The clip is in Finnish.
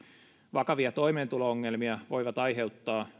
vakavia toimeentulo ongelmia voivat aiheuttaa